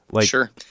Sure